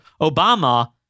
Obama